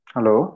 Hello